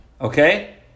okay